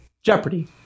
Jeopardy